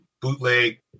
bootleg